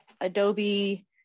Adobe